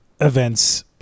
events